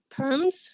perms